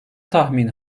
tahmin